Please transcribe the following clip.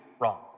wrong